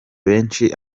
benshi